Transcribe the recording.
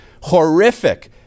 horrific